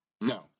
no